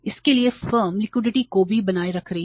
इसलिए firm liquidity भी बनाए रख रही है